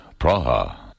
Praha